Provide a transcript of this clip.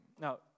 Now